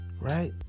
Right